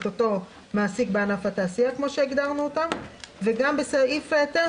אותו מעסיק בענף התעשייה כמו שהגדרנו אותה וגם בסעיף 9,